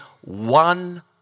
one